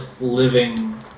living